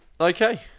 Okay